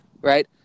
Right